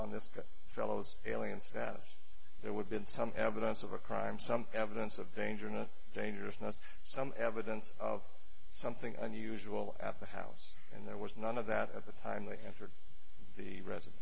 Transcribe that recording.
but fellows aliens that there would been some evidence of a crime some evidence of danger not dangerous not some evidence of something unusual at the house and there was none of that at the time the entered the re